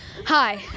hi